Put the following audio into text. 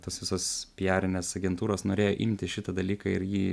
tos visos piarinės agentūros norėjo imti šitą dalyką ir jį